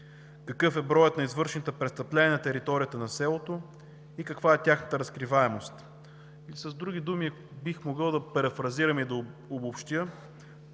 Какъв е броят на извършените престъпления на територията на селото и каква е тяхната разкриваемост? С други думи бих могъл да перифразирам и да обобщя: